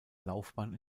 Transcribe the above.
laufbahn